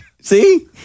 See